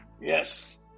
Yes